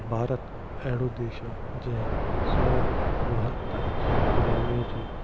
भारत अहिड़ो देश आहे जंहिं सौ वाहर ताईं ग़ुलामी जो